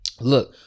Look